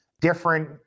Different